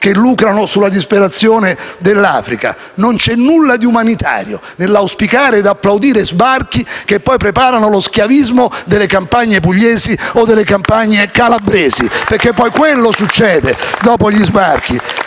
che lucrano sulla disperazione dell'Africa; non c'è nulla di umanitario nell'auspicare ed applaudire sbarchi che poi preparano lo schiavismo delle campagne pugliesi o calabresi, perché poi quello succede dopo gli sbarchi.